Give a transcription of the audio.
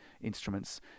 instruments